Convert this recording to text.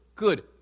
Good